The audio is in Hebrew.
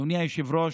אדוני היושב-ראש,